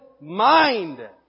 mind